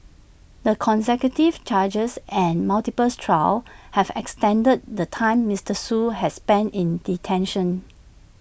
the consecutive charges and multiples trials have extended the time Mister Shoo has spent in detention